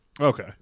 Okay